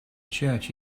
church